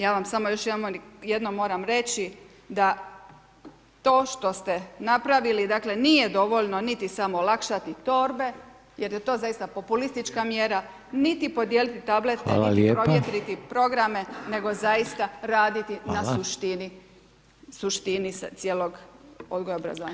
Ja vam samo još jednom moram reći, da to što ste napravili, dakle, nije dovoljno niti samo olakšati torbe jer je to zaista populistička mjera, niti podijeliti [[Upadica: Hvala lijepa]] tablete, niti provjetriti programe, nego zaista raditi [[Upadica: Hvala]] na suštini cijelog odgoja obrazovanja.